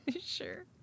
Sure